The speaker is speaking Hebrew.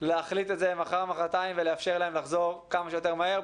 להחליט את זה מחר או מחרתיים ולאפשר להם לחזור כמה שיותר מהר,